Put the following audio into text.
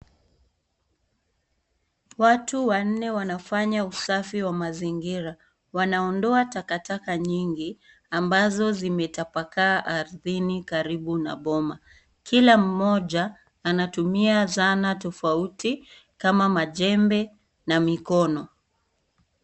Watu wanne wanafanya usafi wa mazingira. Wanaondoa takataka nyingi ambazo zimetapakaa ardhini karibu na boma. Kila mmoja anatumia zana tofauti kama majembe na mikono.